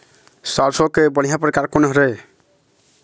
सरसों के बढ़िया परकार कोन हर ये?